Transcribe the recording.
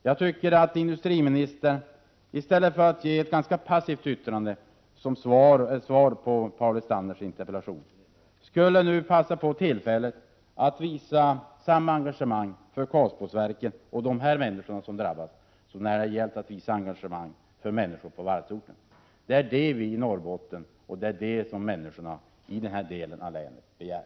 Jag tycker att industriministern, i stället för att ge ett ganska passivt svar på Paul Lestanders interpellation, nu skulle begagna tillfället att visa samma engagemang för Karlsborgsverken och de människor som där drabbats som när det gällt människor på varvsorterna. Det är det som vi i Norrbotten och särskilt människorna i den berörda delen av länet begär.